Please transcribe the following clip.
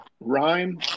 rhyme